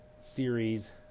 series